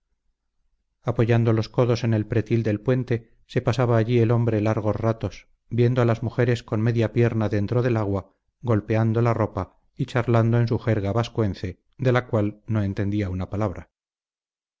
apoyando los codos en el pretil del puente se pasaba allí el hombre largos ratos viendo a las mujeres con media pierna dentro del agua golpeando la ropa y charlando en su jerga vascuence de la cual no entendía una palabra